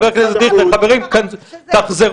פטריוט שדוגל